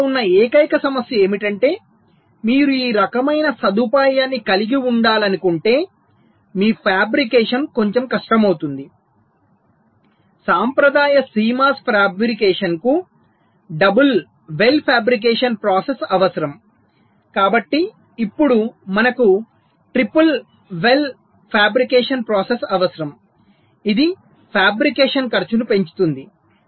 కానీ ఇక్కడ ఉన్న ఏకైక సమస్య ఏమిటంటే మీరు ఈ రకమైన సదుపాయాన్ని కలిగి ఉండాలనుకుంటే మీ ఫాబ్రికేషన్ కొంచెం కష్టమవుతుంది సాంప్రదాయ CMOS ఫాబ్రికేషన్కు డబుల్ వెల్ ఫాబ్రికేషన్ ప్రాసెస్ అవసరం కాబట్టి ఇప్పుడు మనకు ట్రిపుల్ వెల్ ఫాబ్రికేషన్ ప్రాసెస్ అవసరం ఇది ఫాబ్రికేషన్ ఖర్చును పెంచుతుంది